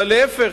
אלא להיפך.